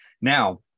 now